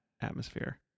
atmosphere